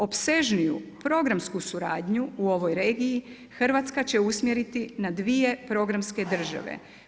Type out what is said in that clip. Opsežniju, programsku suradnju u ovoj regiji Hrvatska će usmjeriti na 2 programske države.